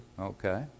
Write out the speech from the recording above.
okay